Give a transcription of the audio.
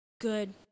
Good